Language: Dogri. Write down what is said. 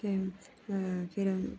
ते एह् फिर